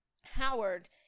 Howard